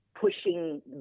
pushing